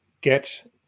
get